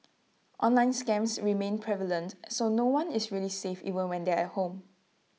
online scams remain prevalent so no one is really safe even when they're at home